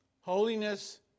Holiness